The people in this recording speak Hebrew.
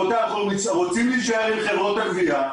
רוצים להישאר עם חברות הגבייה,